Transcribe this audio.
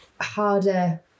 harder